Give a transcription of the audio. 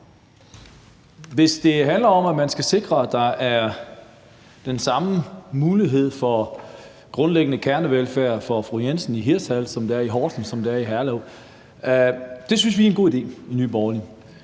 Hvis det handler om, at man skal sikre, at der er den samme mulighed for grundlæggende kernevelfærd for fru Jensen i Hirtshals, som der er i Horsens, eller som der er i Herlev, så synes vi i Nye Borgerlige